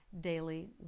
daily